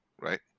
right